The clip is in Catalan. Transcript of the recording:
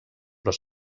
però